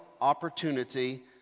opportunity